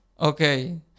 Okay